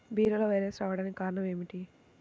బీరలో వైరస్ రావడానికి కారణం ఏమిటి?